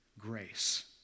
grace